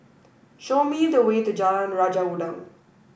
show me the way to Jalan Raja Udang